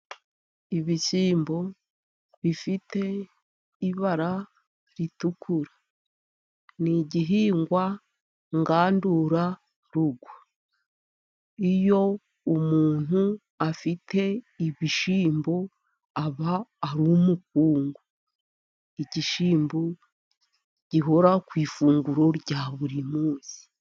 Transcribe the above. Ibishyimbo bifite ibara ritukura. Ni igihingwa ngandurarugo. Iyo umuntu afite ibishyimbo aba ari umukungu, ibishyimbo bihora ku ifunguro rya buri munsi.